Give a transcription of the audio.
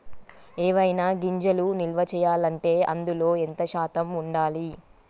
ఏవైనా గింజలు నిల్వ చేయాలంటే అందులో ఎంత శాతం ఉండాలి?